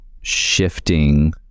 shifting